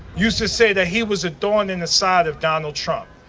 used to say that he was a thorn in the side of donald trump.